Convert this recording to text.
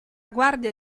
guardia